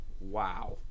Wow